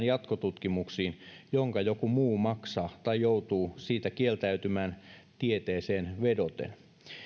jatkotutkimukseen jonka joku muu maksaa tai joutuu siitä kieltäytymään tieteeseen vedoten